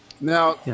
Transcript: now